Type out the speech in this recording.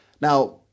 Now